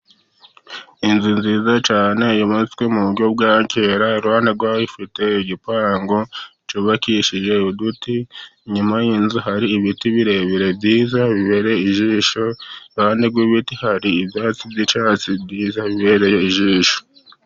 Inzu nziza cyane yubatswe mu buryo bwa kera, iruhande rwayo ifite igipangu cyubakishije uduti. Inyuma y'inzu hari ibiti birebire byiza bibereye ijisho, iruhande rw'ibiti hari ibyatsi by'icyatsi byiza bibereye ijisho.